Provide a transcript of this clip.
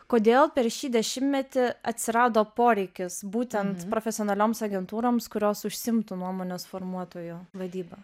kodėl per šį dešimtmetį atsirado poreikis būtent profesionalioms agentūroms kurios užsiimtų nuomonės formuotojų vadyba